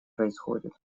происходит